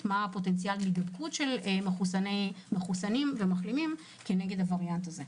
הוא מה פוטנציאל ההידבקות של מחוסנים ומחלימים מהווריאנט הזה.